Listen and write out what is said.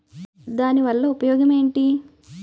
దాని వల్ల ఉపయోగం ఎంటి?